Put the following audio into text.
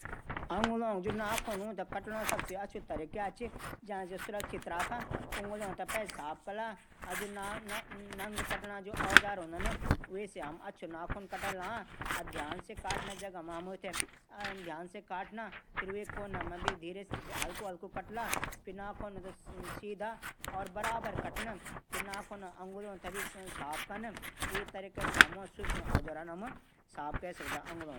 अगूलों जू नाखून हूंदा। सबसे अछू तरीका क्या च कि हम पैले अपडू हथो नाखून थै साफ कैरी धो ध्यां। फिर एक अछू नाखून कटर ना बढ्यां नग बराबर काटी द्यां। फिर नाखुश कटर मा रगडू कू एक रेता हूदू वान हल्का हल्का रगड द्यां। फिर फूक मारी की नाखून धूल साफ कैं द्यां।